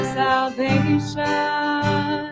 salvation